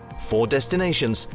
four destinations,